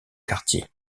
quartiers